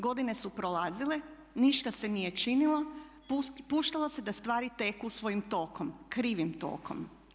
Godine su prolazile, ništa se nije činilo, puštalo se da stvari teku svojim tokom, krivim tokom.